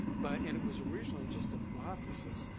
but. and it was originally just a hypothesis.